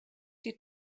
die